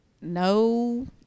no